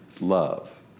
love